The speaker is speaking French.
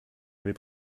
avais